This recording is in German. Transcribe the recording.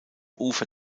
ufer